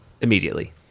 immediately